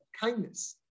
kindness